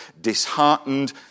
disheartened